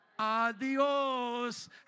adios